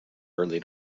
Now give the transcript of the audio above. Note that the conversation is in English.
early